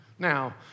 Now